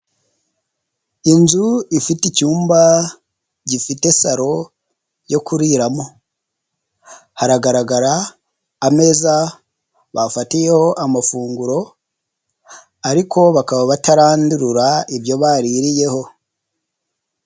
Inzu ifite icyumba gifite saro yo kuriramo, haragaragara ameza bafatiyeho amafunguro ariko bakaba batarandurura ibyo baririyeho.